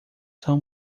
são